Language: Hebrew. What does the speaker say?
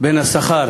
בין השכר